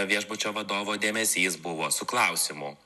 viešbučio vadovo dėmesys buvo su klausimu